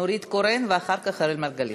נורית קורן, ואחר כך אראל מרגלית.